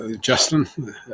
Justin